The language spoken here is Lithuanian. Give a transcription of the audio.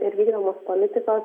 ir vykdomos politikos